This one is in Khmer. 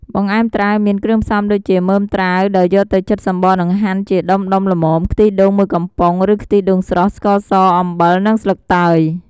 បង្អែមត្រាវមាន គ្រឿងផ្សំដូចជា មើមត្រាវ ដោយយកទៅចិតសំបកនិងហាន់ជាដុំៗល្មម ខ្ទិះដូង ១ កំប៉ុង ឬខ្ទិះដូងស្រស់ ស្ករស អំបិល និងស្លឹកតើយ។